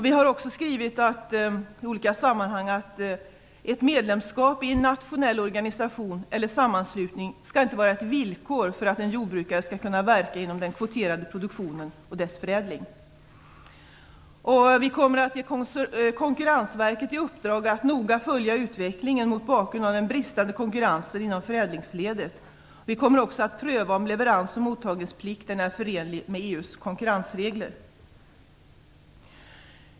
Vi har också i olika sammanhang skrivit att ett medlemskap i en nationell organisation eller sammanslutning inte skall vara ett villkor för att en jordbrukare skall kunna verka inom den kvoterade produktionen och dess förädling. Vi kommer att ge Konkurrensverket i uppdrag att noga följa utvecklingen mot bakgrund av den bristande konkurrensen inom förädlingsledet. Vi kommer också att pröva om leverans och mottagningsplikten är förenlig med EU:s konkurrensregler.